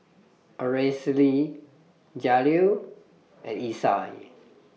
Aracely Jaleel and Isai